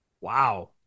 Wow